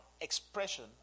expression